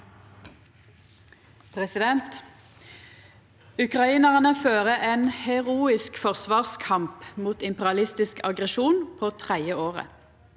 Ukrainarane fører ein heroisk forsvarskamp mot imperialistisk aggresjon på tredje året.